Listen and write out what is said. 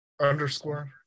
underscore